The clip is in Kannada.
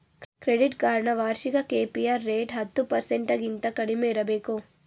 ಕ್ರೆಡಿಟ್ ಕಾರ್ಡ್ ನ ವಾರ್ಷಿಕ ಕೆ.ಪಿ.ಆರ್ ರೇಟ್ ಹತ್ತು ಪರ್ಸೆಂಟಗಿಂತ ಕಡಿಮೆ ಇರಬೇಕು